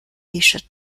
shirt